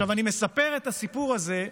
עכשיו, אני מספר את הסיפור הזה,